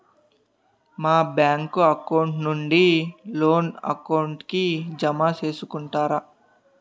మా bank account నుండి loan account కి జామ సేసుకుంటారా?